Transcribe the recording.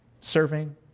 serving